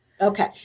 Okay